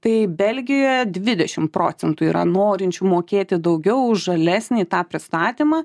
tai belgijoje dvidešimt procentų yra norinčių mokėti daugiau už žalesnį tą pristatymą